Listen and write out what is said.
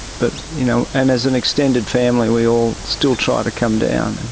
but, you know, and as an extended family we all still try to come down.